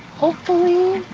hopefully,